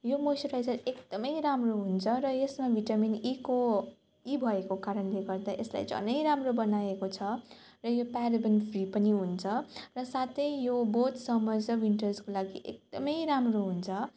यो मोइस्चराइजर एकदम राम्रो हुन्छ र यसमा भिटामिन इको ई भएको कारणले गर्दा यसलाई झन् राम्रो बनाएको छ र यो पेराफिन फ्री पनि हुन्छ र साथै यो बोथ समर्स र विन्टर्सको लागि एकदम राम्रो हुन्छ